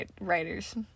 writers